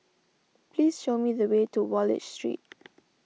please show me the way to Wallich Street